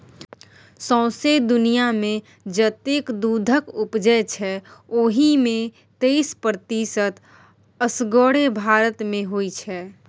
सौंसे दुनियाँमे जतेक दुधक उपजै छै ओहि मे तैइस प्रतिशत असगरे भारत मे होइ छै